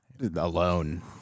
alone